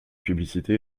publicité